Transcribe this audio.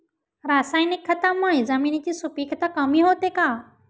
रासायनिक खतांमुळे जमिनीची सुपिकता कमी होते का?